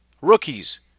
Rookies